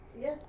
Yes